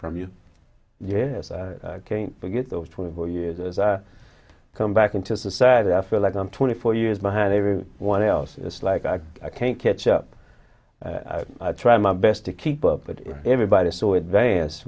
from you yes i came to get those twenty four years as i come back into society i feel like i'm twenty four years behind every one else it's like i can't catch up i try my best to keep up with everybody so advanced